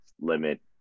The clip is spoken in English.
limit